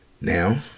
Now